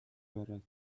برد